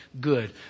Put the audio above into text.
good